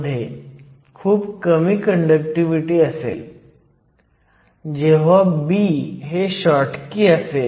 71 electron volt आहे जर तुम्ही e ने भागले तर ते 0